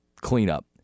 cleanup